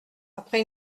après